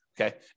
okay